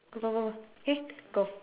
go go go go K go